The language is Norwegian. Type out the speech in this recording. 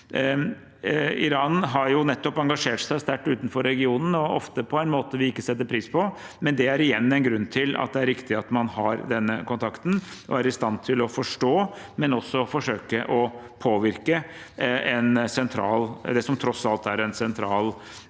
Iran har nettopp engasjert seg sterkt utenfor regionen og ofte på en måte vi ikke setter pris på, men det er igjen en grunn til at det er riktig at man har denne kontakten og er i stand til å forstå og også forsøke å påvirke det som tross alt er en sentral